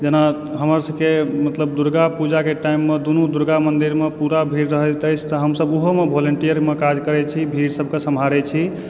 जेना हमरसभके मतलब दुर्गा पूजा के टाइममे दुनू दुर्गा मन्दिरमे पूरा भीड़ रहैत अछि तऽ हमसभ ओहूमे भोलेन्टियरमे काज करै छी भीड़ सभक सम्हारै छी